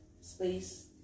space